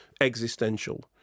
existential